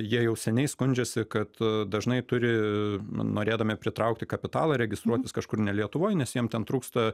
jie jau seniai skundžiasi kad dažnai turi n norėdami pritraukti kapitalą registruotis kažkur ne lietuvoj nes jiem ten trūksta